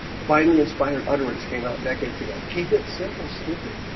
divinely-inspired utter words came out decades ago. keep it simple stupid